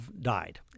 died